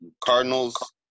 Cardinals